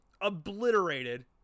obliterated